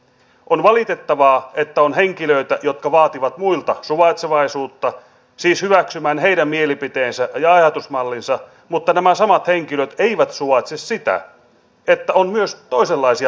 on valitettavaa että on henkilöitä jotka vaativat muilta suvaitsevaisuutta siis hyväksymään heidän mielipiteensä ja ajatusmallinsa mutta nämä samat henkilöt eivät suvaitse sitä että on myös toisenlaisia mielipiteitä